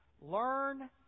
learn